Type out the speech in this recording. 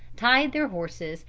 tied their horses,